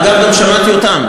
אגב, גם שמעתי אותם.